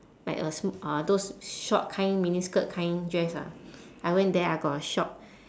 like a sm~ uh those short kind mini skirt kind dress ah I went there I got a shock